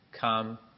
Come